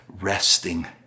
resting